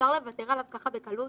שאפשר לוותר עליו ככה בקלות?